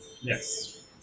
Yes